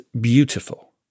beautiful